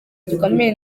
gikomeye